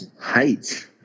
height